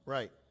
Right